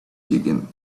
digging